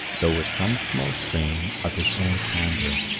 though with some small strain of his own candour.